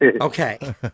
okay